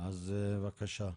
אז בבקשה.